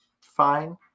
fine